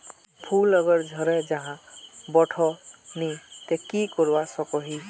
फूल अगर झरे जहा बोठो नी ते की करवा सकोहो ही?